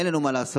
אין לנו מה לעשות.